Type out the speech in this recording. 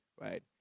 right